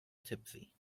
tipsy